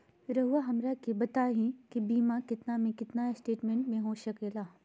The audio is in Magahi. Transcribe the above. रहुआ हमरा के बताइए के बीमा कितना से कितना एस्टीमेट में हो सके ला?